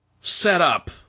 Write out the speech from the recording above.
setup